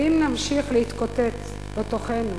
ואם נמשיך להתקוטט בתוכנו,